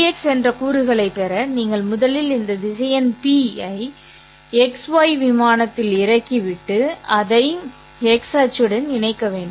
Vx என்ற கூறுகளைப் பெற நீங்கள் முதலில் இந்த திசையன் P ஐ XY விமானத்தில் இறக்கிவிட்டு அதை x அச்சுடன் இணைக்க வேண்டும்